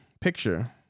picture